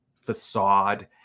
facade